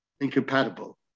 incompatible